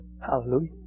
Hallelujah